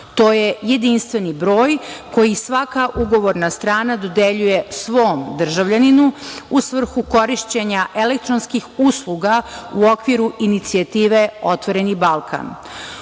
To je jedinstveni broj koji svaka ugovorna strana dodeljuje svom državljaninu u svrhu korišćenja elektronskih usluga u okviru inicijative "Otvoreni Balkan".U